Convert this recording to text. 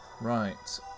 Right